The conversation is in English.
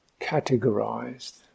categorized